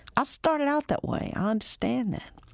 i started out that way. i understand that,